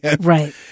right